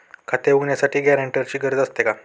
खाते उघडण्यासाठी गॅरेंटरची गरज असते का?